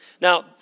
Now